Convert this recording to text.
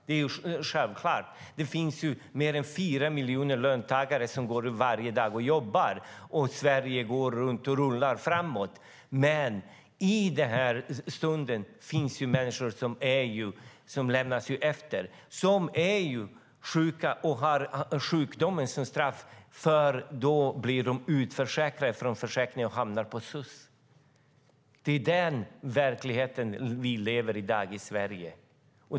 Det är självklart, för det finns mer än 4 miljoner löntagare som varje dag går och jobbar, och Sverige går runt och går framåt. Men i den här stunden finns det människor som lämnas efter, som är sjuka och har sjukdomen som straff, för de blir utförsäkrade från försäkringen och hamnar på sos. Det är den verkligheten som vi lever med i dag i Sverige.